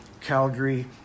calgary